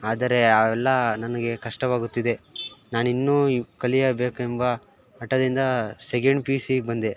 ಆದರೆ ಅವೆಲ್ಲ ನನಗೆ ಕಷ್ಟವಾಗುತ್ತಿದೆ ನಾನಿನ್ನೂ ಈ ಕಲಿಯಬೇಕೆಂಬ ಹಠದಿಂದ ಸೆಗೆಂಡ್ ಪಿ ಯು ಸಿಗೆ ಬಂದೆ